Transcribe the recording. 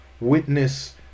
witness